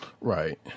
Right